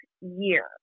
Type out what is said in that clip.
year